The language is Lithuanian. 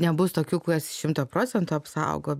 nebus tokių kas šimtą procentų apsaugo